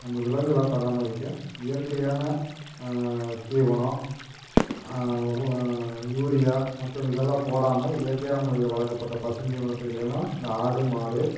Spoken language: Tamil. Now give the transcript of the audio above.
நம்ம விலங்குகளை பராமரிக்க இயற்கையான தீவனம் யூரியா மற்றும் இதெல்லாம் போடாமல் இயற்கையான முறையில் வளர்க்கப்பட்ட பசும் தீவனத்துகளையெல்லாம் இந்த ஆடு மாடு